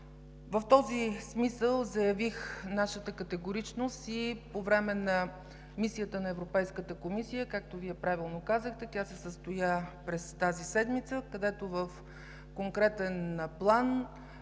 В този смисъл заявих нашата категоричност и по време на Мисията на Европейската комисия. Както Вие правилно казахте, тя се състоя през тази седмица, където в конкретен план